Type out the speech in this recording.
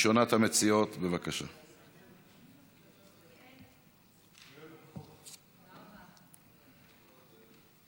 אז אני מבקש למחוק את הצבעתו של איל בן ראובן,